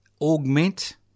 augment